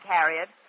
Harriet